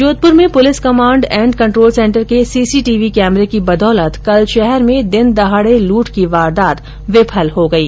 जोधपुर में police command and control centre के CCTV कैमरे की बदौलत कल शहर में दिनदहाड़े लूट की वारदात विफल हो गयी